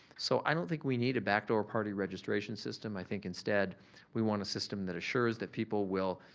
so, i don't think we need a backdoor party registration system. i think instead we want a system that assures that people will